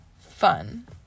Fun